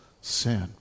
sin